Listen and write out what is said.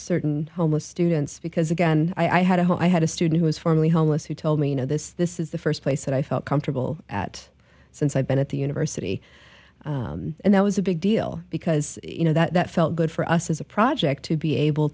certain homeless students because again i had a home i had a student who was formerly homeless who told me you know this this is the first place that i felt comfortable at since i've been at the university and that was a big deal because you know that felt good for us as a project to be able